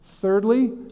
Thirdly